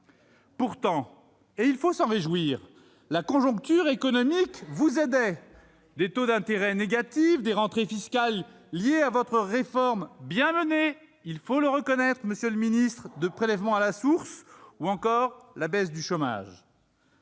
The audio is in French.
Pourtant, et il faut s'en réjouir, la conjoncture économique vous aidait, avec des taux d'intérêt négatifs, des rentrées fiscales liées à votre réforme bien menée - il faut le reconnaître, monsieur le ministre -du prélèvement à la source ... Le Sénat était contre